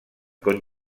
con